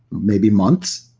maybe months.